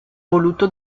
voluto